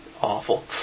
awful